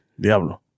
Diablo